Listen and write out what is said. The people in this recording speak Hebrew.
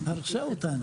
הרסה אותנו.